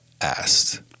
asked